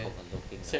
commando